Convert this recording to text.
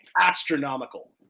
astronomical